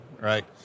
Right